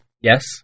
yes